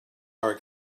are